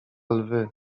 lwy